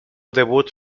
debut